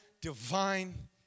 divine